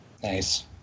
nice